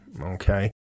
Okay